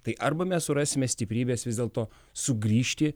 tai arba mes surasime stiprybės vis dėlto sugrįžti